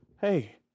hey